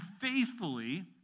faithfully